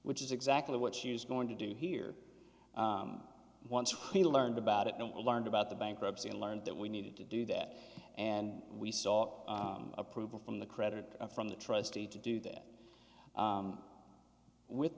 which is exactly what she was going to do here once he learned about it and learned about the bankruptcy and learned that we needed to do that and we saw approval from the credit from the trustee to do that with